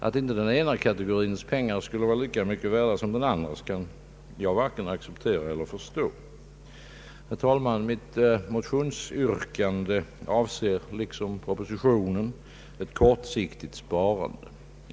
Att inte den ena kategorins pengar skulle vara lika mycket värda som den andras, kan jag varken acceptera eller förstå. Herr talman! Mitt motionsyrkande avser liksom propositionen ett kortsiktigt sparande.